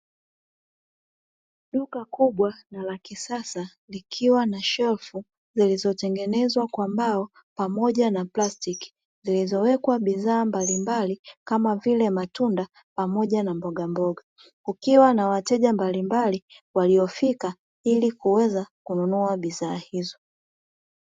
Duka kubwa na lakisasa likiwa na shelfu zilizo tengenezwa kwa mbao pamoja na plastiki zilizowekwa bidhaa mbalimbali kama vile matunda pamoja na mbogamboga. Kukiwa na wateja mbalimbali waliofika ili kuweza kununua bidhaa hizo.